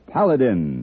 Paladin